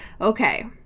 okay